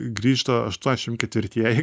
grįžta aštuoniasdešim ketvirtieji